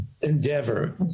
endeavor